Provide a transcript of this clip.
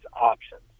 options